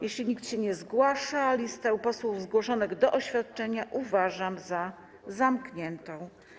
Jeśli nikt się nie zgłasza, listę posłów zgłoszonych do oświadczenia uważam za zamkniętą.